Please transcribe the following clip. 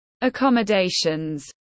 Accommodations